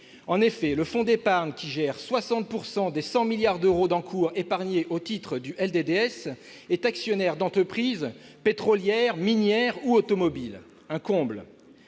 En effet, le fonds d'épargne qui gère 60 % des 100 milliards d'euros d'encours épargnés au titre du LDDS est actionnaire d'entreprises pétrolières, minières ou automobiles : un comble !